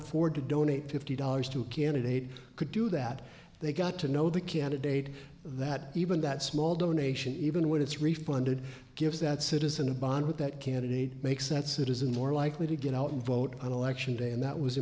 afford to donate fifty dollars to a candidate could do that they got to know the candidate that even that small donation even when it's responded gives that citizen a bond with that cannonade makes that citizen more likely to get out and vote on election day and that was